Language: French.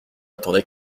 attendait